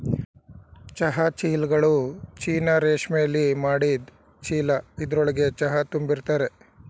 ಚಹಾ ಚೀಲ್ಗಳು ಚೀನಾ ರೇಶ್ಮೆಲಿ ಮಾಡಿದ್ ಚೀಲ ಇದ್ರೊಳ್ಗೆ ಚಹಾ ತುಂಬಿರ್ತರೆ